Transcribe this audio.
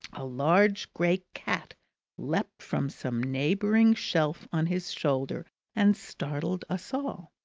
a large grey cat leaped from some neighbouring shelf on his shoulder and startled us all.